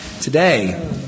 Today